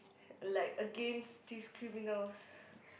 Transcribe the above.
like against this criminals